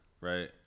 Right